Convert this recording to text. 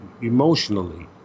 emotionally